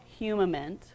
humament